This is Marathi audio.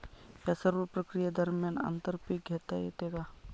या सर्व प्रक्रिये दरम्यान आंतर पीक घेता येते का?